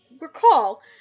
recall